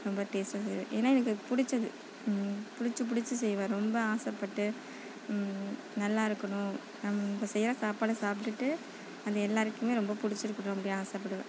ரொம்ப டேஸ்டாக செய்வேன் ஏன்னால் எனக்கு அது பிடிச்சது பிடிச்சு பிடிச்சு செய்வேன் ரொம்ப ஆசைப்பட்டு நல்லா இருக்கணும் நம்ம செய்கிற சாப்பாடை சாப்பிட்டுட்டு அது எல்லோருக்குமே ரொம்ப பிடிச்சிருக்கணும் அப்படின்னு ஆசைப்படுவேன்